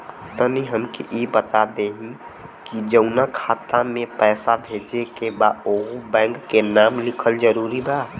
तनि हमके ई बता देही की जऊना खाता मे पैसा भेजे के बा ओहुँ बैंक के नाम लिखल जरूरी बा?